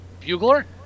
Bugler